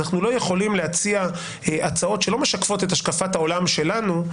אנחנו לא יכולים להציע הצעות שלא משקפות את השקפת העולם שלנו,